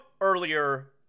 earlier